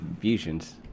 Fusions